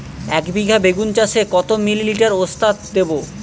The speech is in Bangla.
একবিঘা বেগুন চাষে কত মিলি লিটার ওস্তাদ দেবো?